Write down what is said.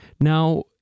Now